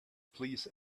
please